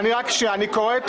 אני קורא את